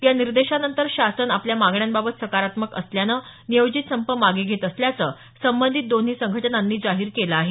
या निर्देशांनंतर शासन आपल्या मागण्यांबाबत सकारात्मक असल्यानं नियोजित संप मागे घेत असल्याचं संबंधित दोन्ही संघटनांनी जाहीर केलं आहे